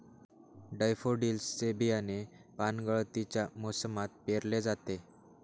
daffodils चे बियाणे पानगळतीच्या मोसमात पेरले जाते